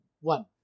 one